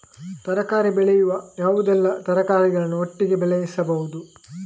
ತರಕಾರಿ ಬೆಳೆಯುವಾಗ ಯಾವುದೆಲ್ಲ ತರಕಾರಿಗಳನ್ನು ಒಟ್ಟಿಗೆ ಬೆಳೆಸಬಹುದು?